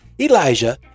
Elijah